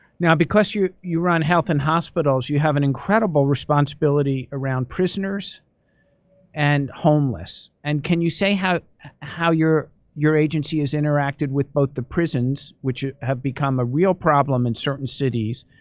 now because you you run health and hospitals, you have an incredible responsibility around prisoners and homeless. and can you say how how your your agency has interacted with both the prisons, which have become a real problem in certain cities,